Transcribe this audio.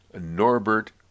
Norbert